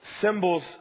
symbols